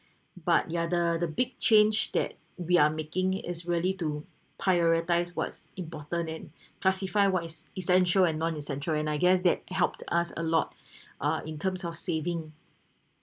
but yeah the the big change that we are making is really to prioritise whats important and classify what is essential and non essential and I guess that helped us a lot ah in terms of saving